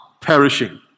perishing